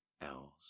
else